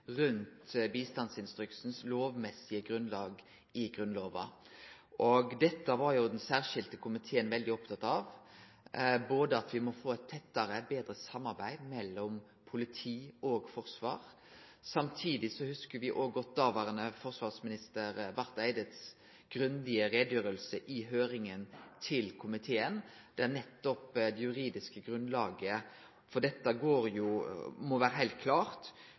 bistandsinstruksens lovmessige grunnlag i Grunnlova. Den særskilde komiteen var veldig opptatt av at vi må få eit tettare og betre samarbeid mellom politi og forsvar. Samtidig hugsar vi òg godt dåverande forsvarsminister Barth Eides grundige utgreiing i høyringa til komiteen, der nettopp det juridiske grunnlaget blei omtalt. Dette må vere heilt klart,